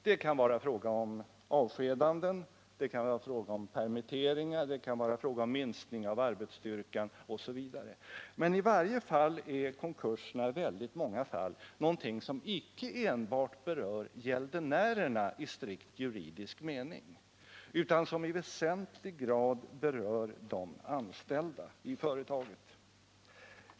Det kan vara fråga om avskedanden, permitteringar, minskning av arbetsstyrkan m.m. I varje fall är konkurserna mycket ofta någonting som icke enbart berör gäldenärerna i strikt juridisk mening, utan något som i väsentlig grad berör de anställda i företagen.